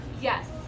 Yes